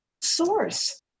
source